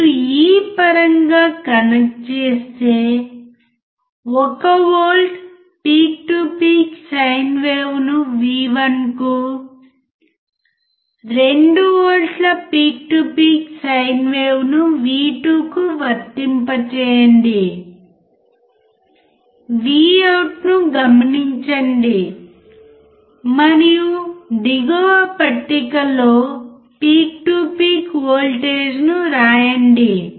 మీరు ఈ పరంగా కనెక్ట్ చేస్తే 1 volt peak to peak sine వేవ్ను V1 కు 2 వోల్ట్ల పీక్ టు పీక్ సైన్ వేవ్ను V2 కి వర్తింపజేయండి Vout ని గమనించండి మరియు దిగువ పట్టికలో పీక్ టు పీక్ వోల్టేజ్ను రాయండి